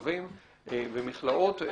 כלבים במכלאות,